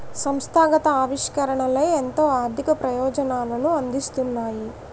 సంస్థాగత ఆవిష్కరణలే ఎంతో ఆర్థిక ప్రయోజనాలను అందిస్తున్నాయి